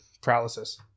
paralysis